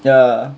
ya